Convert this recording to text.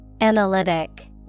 Analytic